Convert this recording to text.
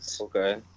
Okay